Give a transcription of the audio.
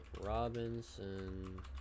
Robinson